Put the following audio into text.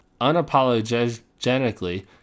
unapologetically